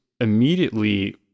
immediately